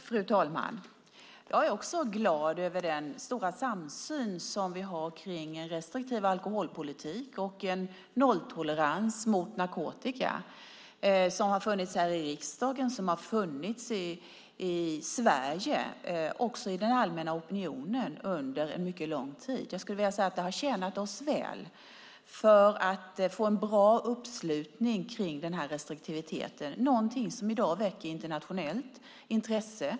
Fru talman! Jag är också glad över den stora samsyn kring en restriktiv alkoholpolitik och nolltolerans mot narkotika som har funnits här i riksdagen och i den allmänna opinionen i Sverige under en mycket lång tid. Det har tjänat oss väl med en bra uppslutning kring restriktiviteten, någonting som i dag väcker internationellt intresse.